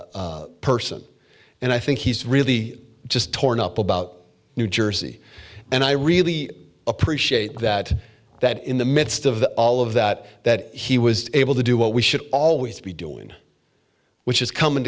person and i think he's really just torn up about new jersey and i really appreciate that that in the midst of all of that that he was able to do what we should always be doing which is coming